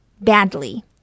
Badly